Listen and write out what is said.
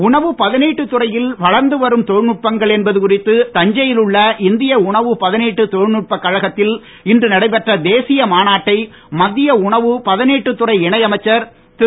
உணவுப் பதனீட்டுத் துறையில் வளர்ந்து வரும் தொழில் நுட்பங்கள் என்பது குறித்து தஞ்சை யில் உள்ள இந்திய உணவுப் பதனீட்டு தொழில்நுட்பக் கழகத்தில் இன்று நடைபெற்ற தேசிய மாநாட்டை மத்திய உணவுப் பதினீட்டுத் துறை இணை அமைச்சர் திரு